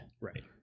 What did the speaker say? right